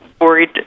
worried